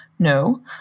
No